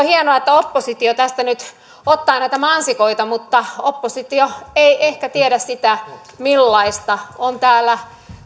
hienoa että oppositio tästä nyt ottaa näitä mansikoita mutta oppositio ei ehkä tiedä sitä millaista toimintaa on täällä